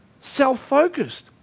self-focused